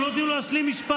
אתם לא נותנים לו להשלים משפט.